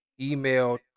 Email